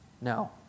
No